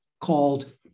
called